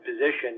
position